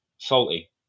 Salty